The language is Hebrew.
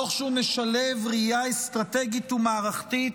תוך שהוא משלב ראייה אסטרטגית ומערכתית